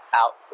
out